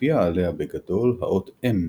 הופיעה עליה בגדול האות M באנגלית.